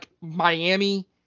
Miami